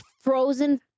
frozen